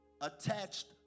attached